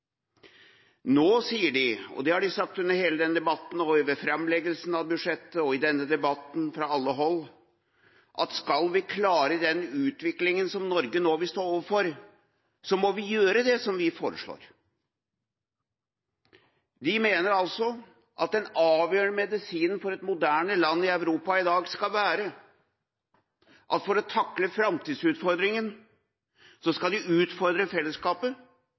Nå sier de – og dette har de sagt fra alle hold under hele denne debatten og ved framleggelsen av budsjettet – at skal vi klare den utviklinga som Norge nå vil stå overfor, må vi gjøre det som de foreslår. De mener at den avgjørende medisinen for å takle framtidsutfordringa for et moderne land i Europa i dag er å utfordre fellesskapet